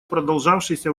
продолжавшейся